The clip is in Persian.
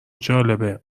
جالبه